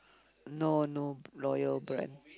no no loyal brand